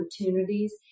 opportunities